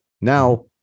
Now